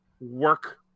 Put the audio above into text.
work